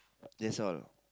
that's all